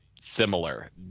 similar